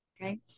Okay